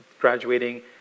graduating